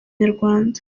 nyarwanda